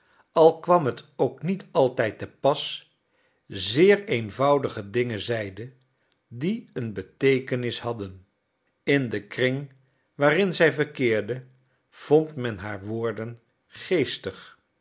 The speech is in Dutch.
al kwam het ook niet altijd te pas zeer eenvoudige dingen zeide die een beteekenis hadden in den kring waarin zij verkeerde vond men haar woorden geestig